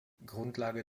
grundlage